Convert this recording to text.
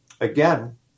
again